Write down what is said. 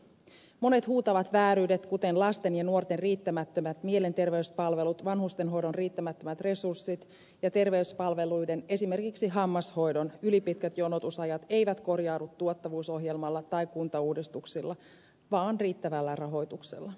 monet huutavat vääryydet kuten lasten ja nuorten riittämättömät mielenterveyspalvelut vanhustenhoidon riittämättömät resurssit ja terveyspalveluiden esimerkiksi hammashoidon ylipitkät jonotusajat eivät korjaudu tuottavuusohjelmalla tai kuntauudistuksilla vaan riittävällä rahoituksella